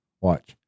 Watch